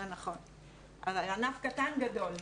ענף קטן-גדול.